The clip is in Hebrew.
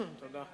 פעור פה.